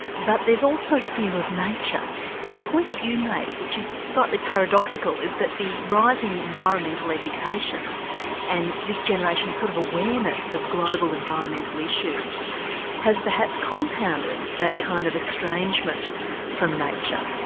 but there's also fear of nature. a point that you make, which is slightly paradoxical, is that the rise in environmental education and this generation's sort of awareness of global environmental issues has perhaps compounded that kind of estrangement from nature.